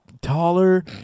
taller